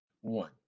One